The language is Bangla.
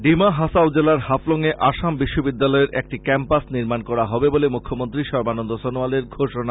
ডিমাহাসাও জেলার হাফলং এ আসাম বিশ্ববিদ্যালয়ের একটি কেম্পাস নির্মান করা হবে বলে মুখ্যমন্ত্রী সর্বানন্দ সনোয়ালের ঘোষনা